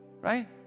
right